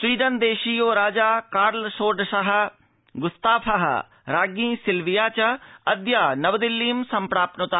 Sweden देशीयो राजा Karl षोडश ग्रस्ताफ राज्ञी सिल्विया चाद्य नवदिल्लीं सम्प्राप्न्त